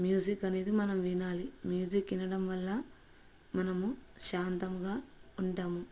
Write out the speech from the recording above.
music అనేది మనం వినాలి మ్యూజిక్ వినడం వల్ల మనము శాంతంగా ఉంటాము